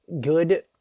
good